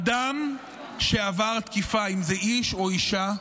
אדם שעבר תקיפה, אם זה איש או אישה,